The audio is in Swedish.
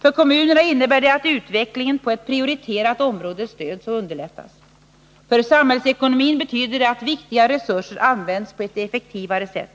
För kommunerna innebär det att utvecklingen på ett prioriterat område stöds och underlättas. För samhällsekonomin betyder det att viktiga resurser används på ett effektivare sätt.